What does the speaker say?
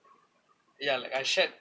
ya like I shared